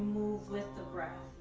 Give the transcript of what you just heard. move with the breath.